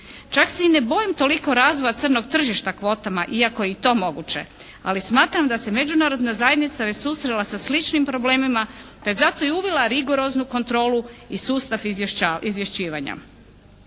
Čak se i ne bojim toliko razvoja crnog tržišta kvotama iako je i to moguće, ali smatram da se međunarodna zajednica već susrela sa sličnim problemima te je zato i uvela rigoroznu kontrolu i sustav izvješćivanja.